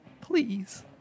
Please